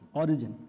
origin